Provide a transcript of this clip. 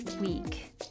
week